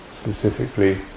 specifically